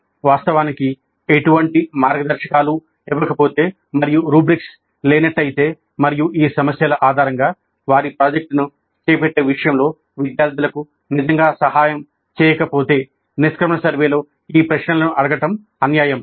వాస్తవానికి ఎటువంటి మార్గదర్శకాలు ఇవ్వకపోతే మరియు రుబ్రిక్స్ లేనట్లయితే మరియు ఈ సమస్యల ఆధారంగా వారి ప్రాజెక్టును చేపట్టే విషయంలో విద్యార్థులకు నిజంగా సహాయం చేయకపోతే నిష్క్రమణ సర్వేలో ఈ ప్రశ్నలను అడగడం అన్యాయం